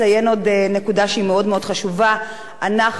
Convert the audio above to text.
אנחנו לא מדברים על עבירות חמורות.